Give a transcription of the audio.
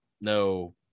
no